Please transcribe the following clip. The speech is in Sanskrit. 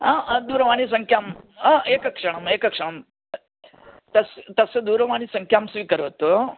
दूरवाणीसंख्यां एकक्षणं एकक्षणं तस् तस्य दूरवाणीसंख्यां स्वीकरोतु